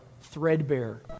threadbare